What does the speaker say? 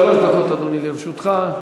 שלוש דקות, אדוני, לרשותך.